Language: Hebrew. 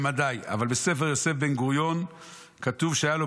רביעי למדי"; "אבל בספר יוסף בן-גוריון כתוב שהיה לו